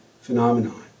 phenomenon